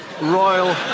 Royal